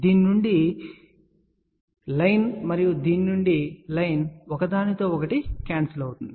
దీని నుండి మార్గం మరియు దీని నుండి మార్గం ఒకదానితో ఒకటి క్యాన్సిల్ అవుతుంది